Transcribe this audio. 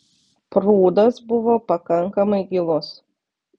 prūdas buvo pakankamai gilus